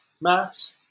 Max